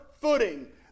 footing